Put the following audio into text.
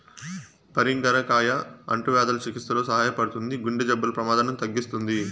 పరింగర కాయ అంటువ్యాధుల చికిత్సలో సహాయపడుతుంది, గుండె జబ్బుల ప్రమాదాన్ని తగ్గిస్తుంది